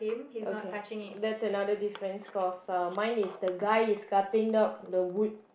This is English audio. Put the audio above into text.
okay that's another difference cause uh mine is the guy is cutting up the wood